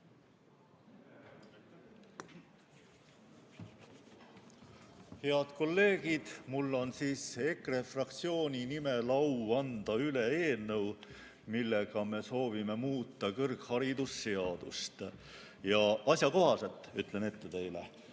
Head kolleegid! Mul on EKRE fraktsiooni nimel au anda üle eelnõu, millega me soovime muuta kõrghariduse seadust, ja asjakohaselt ütlen teile